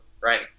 right